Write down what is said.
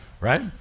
right